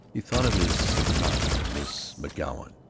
he thought of his stenographer, miss mcgoun.